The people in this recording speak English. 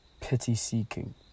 pity-seeking